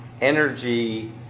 energy